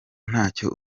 ntacyo